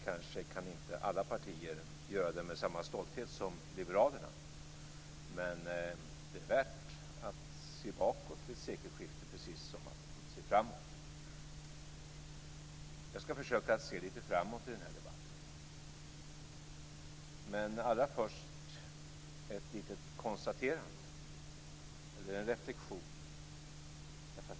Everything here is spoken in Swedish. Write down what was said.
Kanske kan inte alla partier göra det med samma stolthet som liberalerna, men det är värt att se bakåt vid sekelskiftet, precis som att se framåt. Jag ska försöka att se lite framåt i den här debatten. Men allra först vill jag göra ett litet konstaterande eller en liten reflexion.